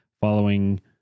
following